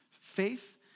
Faith